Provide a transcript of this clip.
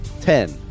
Ten